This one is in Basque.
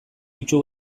itsu